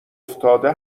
افتاده